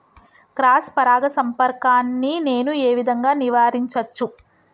Cross పరాగ సంపర్కాన్ని నేను ఏ విధంగా నివారించచ్చు?